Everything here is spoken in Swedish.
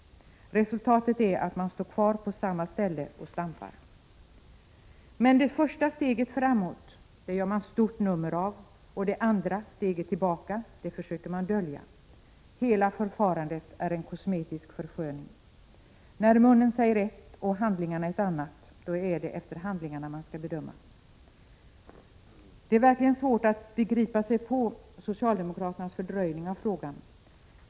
Resultatet är att man står kvar på samma ställe och stampar. Men det första steget framåt gör man stort nummer av, och det andra steget tillbaka försöker man dölja. Hela förfarandet är en kosmetisk försköning. När munnen säger ett och handlingarna ett annat är det efter handlingarna man skall bedömas. Det är verkligen svårt att begripa sig på socialdemokraternas fördröjning av frågan.